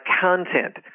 content